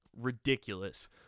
ridiculous